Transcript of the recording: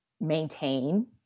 maintain